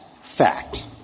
fact